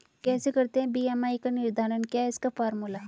कैसे करते हैं बी.एम.आई का निर्धारण क्या है इसका फॉर्मूला?